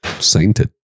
sainted